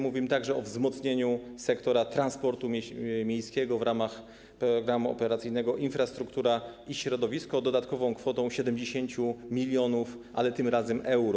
Mówimy także o wzmocnieniu sektora transportu miejskiego w ramach Programu Operacyjnego ˝Infrastruktura i środowisko˝ dodatkową kwotą 70 mln, ale tym razem euro.